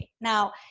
Now